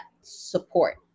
support